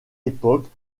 époque